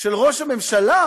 של ראש הממשלה,